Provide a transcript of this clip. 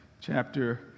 chapter